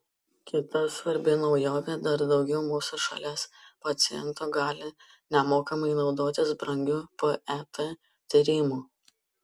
kita svarbi naujovė dar daugiau mūsų šalies pacientų gali nemokamai naudotis brangiu pet tyrimu